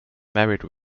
married